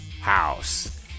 house